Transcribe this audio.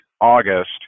August